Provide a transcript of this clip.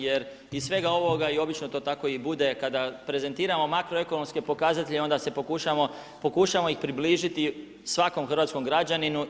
Jer iz svega ovoga i obično to tako i bude kada prezentiramo makroekonomske pokazatelje onda pokušavamo ih približiti svakom hrvatskom građaninu.